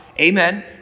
Amen